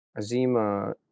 Azima